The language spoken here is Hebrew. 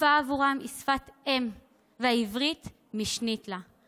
השפה בעבורם היא שפת אם והעברית משנית לה,